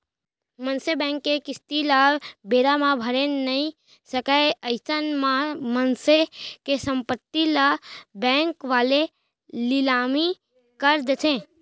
मनसे बेंक के किस्ती ल बेरा म भरे नइ सकय अइसन म मनसे के संपत्ति ल बेंक वाले लिलामी कर देथे